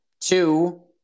two